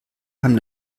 haben